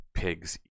Pigs